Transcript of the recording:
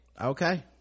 Okay